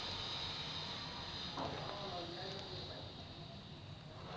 नारळे उतरविण्यासाठी कोणते यंत्र आहे? बाजारात हे यंत्र आहे का?